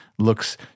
Looks